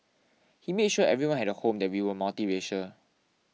he made sure everyone had a home and that we were multiracial